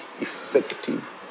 effective